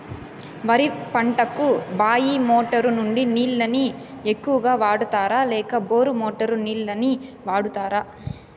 వరి పంటకు బాయి మోటారు నుండి నీళ్ళని ఎక్కువగా వాడుతారా లేక బోరు మోటారు నీళ్ళని వాడుతారా?